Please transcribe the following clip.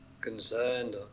concerned